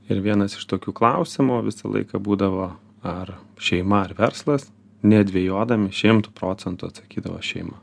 ir vienas iš tokių klausimų visą laiką būdavo ar šeima ar verslas nedvejodami šimtu procentų atsakydavo šeima